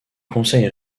conseil